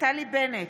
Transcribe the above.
נפתלי בנט,